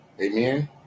Amen